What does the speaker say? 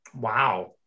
Wow